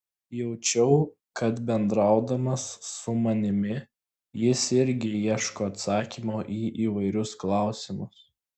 jaučiau kad bendraudamas su manimi jis irgi ieško atsakymo į įvairius klausimus